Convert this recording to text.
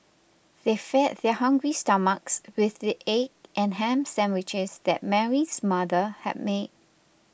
they fed their hungry stomachs with the egg and ham sandwiches that Mary's mother had made